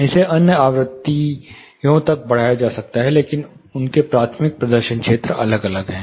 इसे अन्य आवृत्तियों तक बढ़ाया जा सकता है लेकिन उनके प्राथमिक प्रदर्शन क्षेत्र अलग हैं